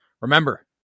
remember